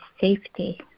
safety